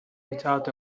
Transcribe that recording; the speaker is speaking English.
without